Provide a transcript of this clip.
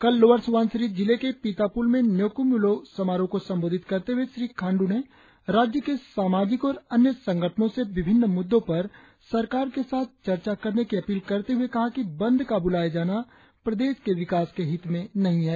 कल लोअर स्बनसिरी जिले के पिताप्ल में न्योक्म य्लो समारोह को संबोधित करते हए श्री खांडू ने राज्य के सामाजिक और अन्य संगठनों से विणिन्न मुद्दों पर सरकार के साथ चर्चा करने की अपील करते हए कहा कि बंद का ब्लाया जाना प्रदेश के विकास के हित में नहीं है